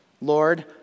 Lord